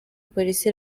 polisi